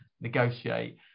negotiate